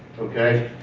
okay?